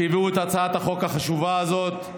שהביאו את הצעת החוק החשובה הזאת.